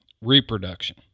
reproduction